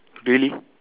really